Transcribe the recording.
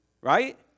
Right